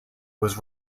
was